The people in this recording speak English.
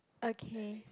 okay